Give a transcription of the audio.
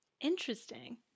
Interesting